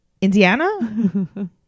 indiana